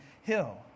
hill